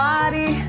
Body